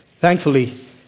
Thankfully